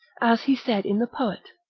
as he said in the poet,